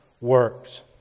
works